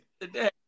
today